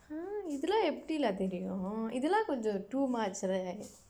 இதெல்லாம் எப்புடி:ithellaam eppudi lah தெரியும் இதெல்லாம் கொஞ்சம்:theriyum ithellaam konjsam too much right